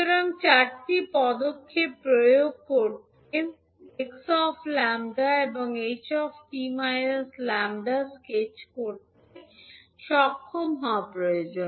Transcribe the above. সুতরাং চারটি পদক্ষেপ প্রয়োগ করতে 𝑥 𝜆 এবং ℎ 𝑡 𝜆 স্কেচ করতে সক্ষম হওয়া প্রয়োজন